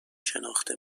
شناخته